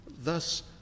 thus